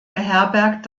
beherbergt